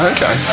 Okay